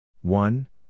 One